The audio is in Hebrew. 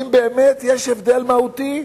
אם באמת יש הבדל מהותי,